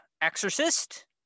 Exorcist